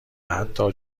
حتی